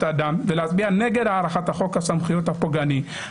האדם ולהצביע נגד הארכת חוק הסמכויות הפוגעני.